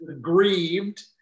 grieved